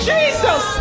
Jesus